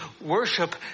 worship